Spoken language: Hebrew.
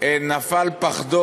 נפל פחדו,